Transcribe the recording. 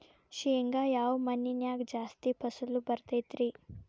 ಶೇಂಗಾ ಯಾವ ಮಣ್ಣಿನ್ಯಾಗ ಜಾಸ್ತಿ ಫಸಲು ಬರತೈತ್ರಿ?